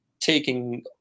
taking